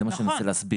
זה מה שאני רוצה להסביר.